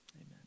amen